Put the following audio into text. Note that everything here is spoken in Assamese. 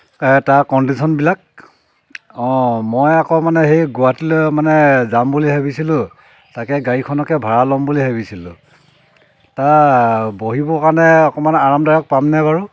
তাৰ কণ্ডিশ্যনবিলাক অঁ মই আকৌ মানে সেই গুৱাহাটীলৈ মানে যাম বুলি ভাবিছিলোঁ তাকে গাড়ীখনকে ভাড়া ল'ম বুলি ভাবিছিলোঁ তা বহিবৰ কাৰণে অকণমান আৰামদায়ক পামনে বাৰু